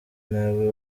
nabi